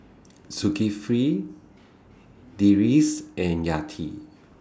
Zulkifli Idris and Yati